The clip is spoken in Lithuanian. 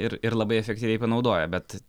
ir ir labai efektyviai panaudoja bet